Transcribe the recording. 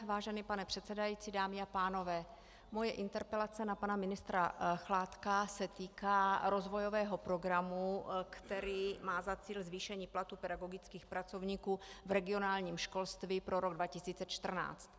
Vážený pane předsedající, dámy a pánové, moje interpelace na pana ministra Chládka se týká rozvojového programu, který má za cíl zvýšení platů pedagogických pracovníků v regionálním školství pro rok 2014.